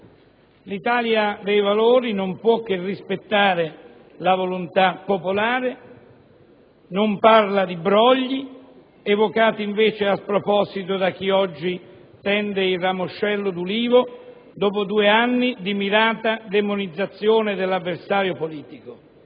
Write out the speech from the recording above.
L'Italia dei Valori non può che rispettare la volontà popolare; non parla di brogli, evocati, invece a sproposito da chi oggi tende il ramoscello d'ulivo dopo due anni di mirata demonizzazione dell'avversario politico;